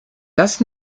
das